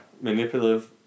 Manipulative